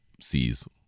sees